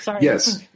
yes